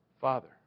Father